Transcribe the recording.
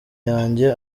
yanjye